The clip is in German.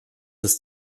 ist